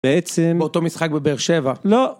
בעצם אותו משחק בבאר שבע. לא.